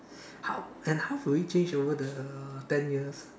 how and how will it change over the ten years